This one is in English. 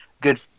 good